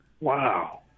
Wow